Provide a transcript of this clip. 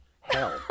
Hell